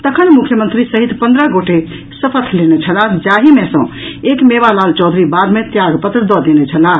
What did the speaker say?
तखन मुख्यमंत्री सहित पन्द्रह गोटे शपथ लेने छलाह जाहि मे सॅ एक मेवालाल चौधरी बाद मे त्यागपत्र दऽ देने छलाह